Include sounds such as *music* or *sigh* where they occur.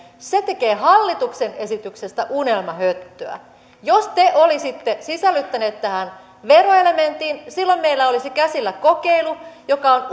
se tekee hallituksen esityksestä unelmahöttöä jos te olisitte sisällyttäneet tähän veroelementin silloin meillä olisi käsillä kokeilu joka on *unintelligible*